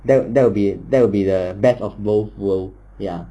that will that will be the best of both worlds ya